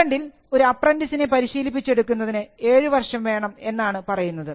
ഇംഗ്ലണ്ടിൽ ഒരു അപ്പ്രൻന്റിസിനെ പരിശീലിപ്പിച്ച് എടുക്കുന്നതിന് ഏഴ് വർഷം വേണം എന്നാണ് പറയുന്നത്